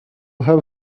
have